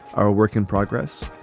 are a work in progress.